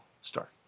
start